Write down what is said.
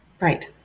Right